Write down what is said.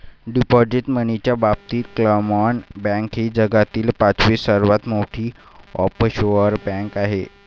deposit मनीच्या बाबतीत क्लामन बँक ही जगातील पाचवी सर्वात मोठी ऑफशोअर बँक आहे